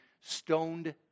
stoned